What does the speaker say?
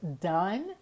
done